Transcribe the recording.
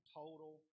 total